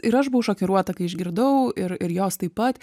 ir aš buvau šokiruota kai išgirdau ir ir jos taip pat